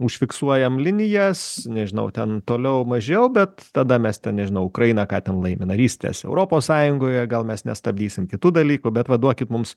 užfiksuojam linijas nežinau ten toliau mažiau bet tada mes ten nežinau ukraina ką ten laimi narystės europos sąjungoje gal mes nestabdysim kitų dalykų bet va duokit mums